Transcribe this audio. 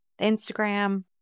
Instagram